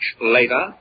later